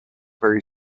very